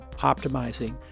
optimizing